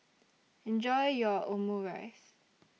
Enjoy your Omurice